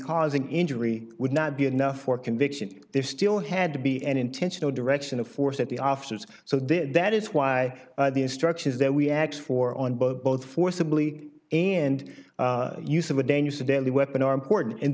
causing injury would not be enough for conviction there's still had to be an intentional direction of force at the officers so that that is why the instructions that we x four on both forcibly and use of a dangerous deadly weapon are important and